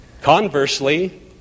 Conversely